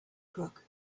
crook